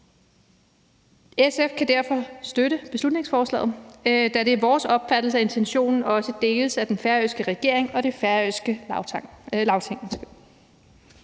SF kan derfor støtte beslutningsforslaget, da det er vores opfattelse, at intentionen også deles af den færøske regering og det færøske Lagting.